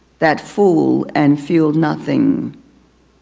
that fool and feel nothing.